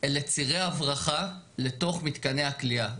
אלה צירי הברחה לתוך מתקני הכליאה.